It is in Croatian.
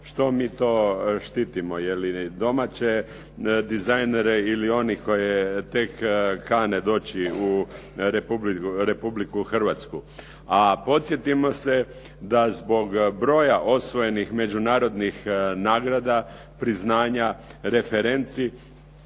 Što mi to štitimo? Jeli domaće dizajnere ili one koji tek kane doći u Republiku Hrvatsku? A podsjetimo se da zbog broja osvojenih međunarodnih nagrada, priznanja, referenci